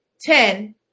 Ten